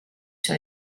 sur